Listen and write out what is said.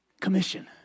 commission